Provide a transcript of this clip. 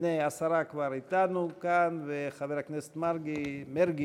הנה, השרה כבר אתנו כאן, וחבר הכנסת מרגי